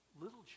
Little